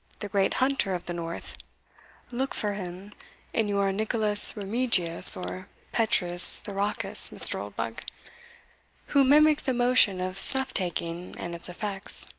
the great hunter of the north look for him in your nicolaus remigius, or petrus thyracus, mr. oldbuck who mimicked the motion of snuff-taking and its effects.